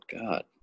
God